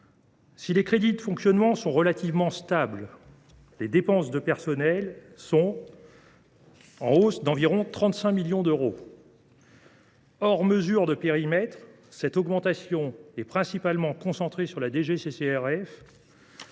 Si les crédits de fonctionnement sont relativement stables, les dépenses de personnel sont, elles, en hausse d’environ 35 millions d’euros. Hors mesures de périmètre, cette augmentation est principalement concentrée sur la